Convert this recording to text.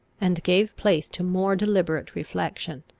and gave place to more deliberate reflection.